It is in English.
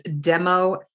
demo